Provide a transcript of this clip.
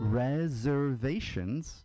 reservations